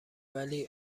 ولی